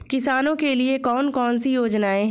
किसानों के लिए कौन कौन सी योजनाएं हैं?